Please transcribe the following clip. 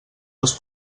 els